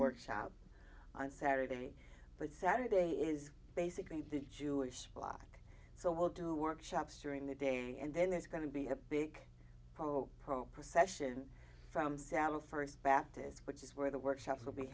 workshop on saturday but saturday is basically the jewish block so we'll do workshops during the day and then there's going to be a big problem pro procession from sabbath first baptist which is where the workshops will be